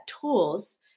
tools